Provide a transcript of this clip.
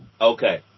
Okay